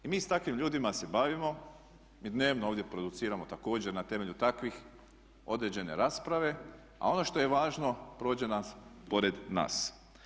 I mi s takvim ljudima se bavimo, mi dnevno ovdje produciramo također na temelju takvih određene rasprave a ono što je važno prođe pored nas.